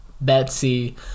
Betsy